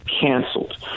canceled